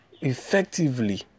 effectively